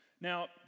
Now